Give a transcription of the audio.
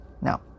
No